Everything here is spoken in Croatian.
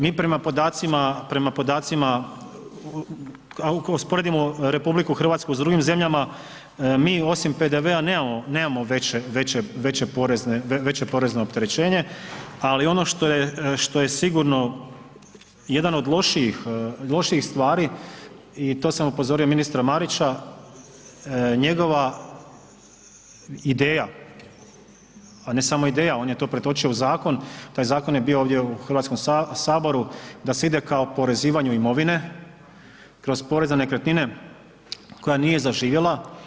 Mi prema podacima, prema podacima, ako usporedimo RH sa drugim zemljama, mi osim PDV-a nemamo, nemamo veće porezno opterećenje, ali ono što je sigurno jedan od lošijih stvari i to sam upozorio ministra Marića, njegova ideja, a ne samo ideja on je to pretočio u zakon, taj zakon je bio ovdje u Hrvatskom saboru da se ide kao oporezivanju imovine kroz porez na nekretnine koja nije zaživjela.